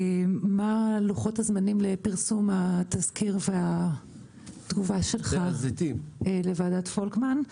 מה לוחות הזמנים לפרסום התזכיר והתגובה שלך לוועדת פולקמן?